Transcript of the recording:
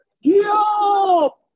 yo